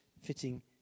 fitting